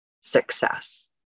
success